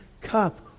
cup